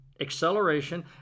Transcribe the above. acceleration